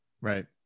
Right